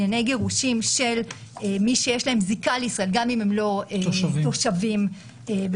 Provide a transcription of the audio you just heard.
גירושין של מי שיש להם זיקה לישראל גם אם הם לא תושבים בישראל.